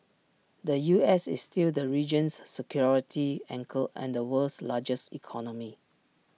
the U S is still the region's security anchor and the world's largest economy